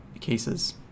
cases